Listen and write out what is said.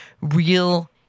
real